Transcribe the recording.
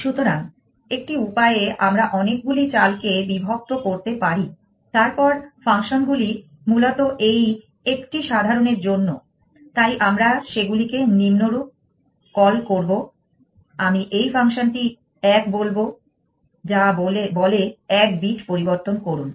সুতরাং একটি উপায়ে আমরা অনেকগুলি চালকে বিভক্ত করতে পারি তারপর ফাংশনগুলি মূলত এই একটি সাধারণের জন্য তাই আমরা সেগুলিকে নিম্নরূপ কল করব আমি এই ফাংশনটিকে এক বলব যা বলে এক বিট পরিবর্তন করুন